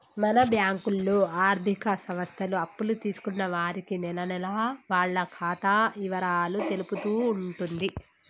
మన బ్యాంకులో ఆర్థిక సంస్థలు అప్పులు తీసుకున్న వారికి నెలనెలా వాళ్ల ఖాతా ఇవరాలు తెలుపుతూ ఉంటుంది